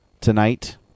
tonight